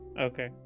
Okay